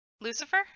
Lucifer